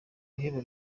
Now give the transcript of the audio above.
bihembo